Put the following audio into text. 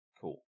Cool